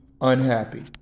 unhappy